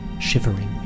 shivering